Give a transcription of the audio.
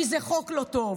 כי זה חוק לא טוב.